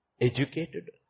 educated